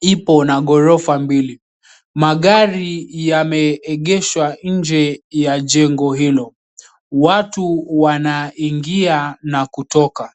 ipo na ghorofa mbili. Magari yameegeshwa nje ya jengo hilo. Watu wanaongoza na kutoka.